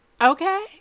Okay